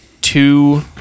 two